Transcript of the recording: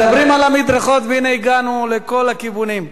מדברים על המדרכות, והנה הגענו לכל הכיוונים.